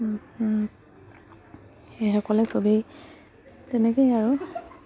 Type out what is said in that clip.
সেইসকলে সবেই তেনেকেই আৰু